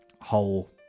whole